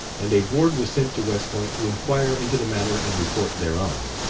and a board was sent to west point to inquire into the matter and report thereon.